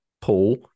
Paul